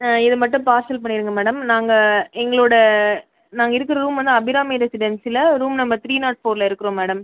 ஆ இதை மட்டும் பார்சல் பண்ணிவிடுங்க மேடம் நாங்கள் எங்களோடய நாங்கள் இருக்கிற ரூம் வந்து அபிராமி ரெசிடென்சில் ரூம் நம்பர் த்ரீ நாட் ஃபோர்ல இருக்கிறோம் மேடம்